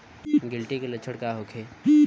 गिलटी के लक्षण का होखे?